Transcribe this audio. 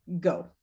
go